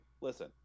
listen